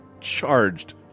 charged